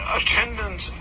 attendance